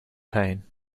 pain